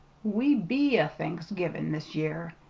we be a-thanksgivin' this year!